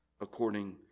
according